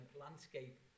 landscape